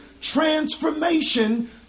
transformation